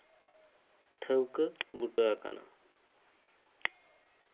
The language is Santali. ᱴᱷᱟᱹᱣᱠᱟᱹ ᱵᱩᱴᱟᱹ ᱟᱠᱟᱱᱟ